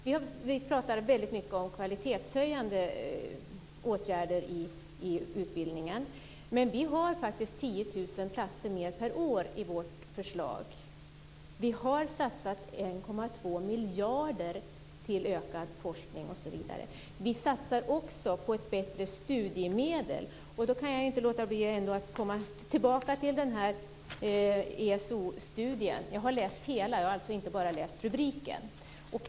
Vi talar väldigt mycket om kvalitetshöjande åtgärder i utbildningen och vi har faktiskt 10 000 platser fler i vårt förslag. Vi har satsat 1,2 miljarder på ökad forskning osv. Vi satsar också på bättre studiemedel. Jag kan inte låta bli att återkomma till ESO-studien. Jag har läst hela studien, inte bara rubriken.